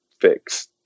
fix